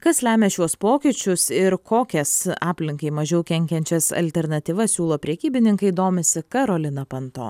kas lemia šiuos pokyčius ir kokias aplinkai mažiau kenkiančias alternatyvas siūlo prekybininkai domisi karolina panto